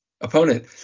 opponent